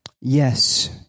yes